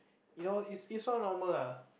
you know is is all normal lah